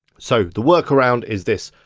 so the workaround is this.